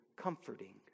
comforting